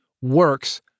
works